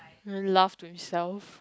laugh to himself